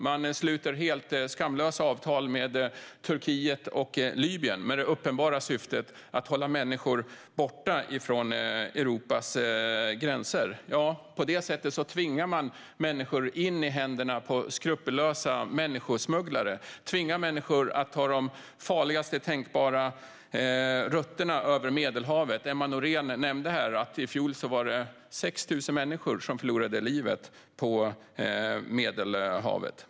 Man sluter helt skamlösa avtal med Turkiet och Libyen med det uppenbara syftet att hålla människor borta från Europas gränser. Ja, på det sättet tvingar man människor i händerna på skrupelfria människosmugglare. Man tvingar människor att ta de farligaste rutterna över Medelhavet. Emma Nohrén nämnde att det i fjol var 6 000 människor som förlorade livet på Medelhavet.